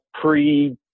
pre